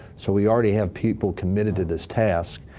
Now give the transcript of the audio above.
so we already have people committed to this task.